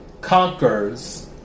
conquers